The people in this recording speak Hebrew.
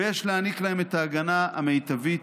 ויש להעניק להם את ההגנה המיטבית,